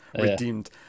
Redeemed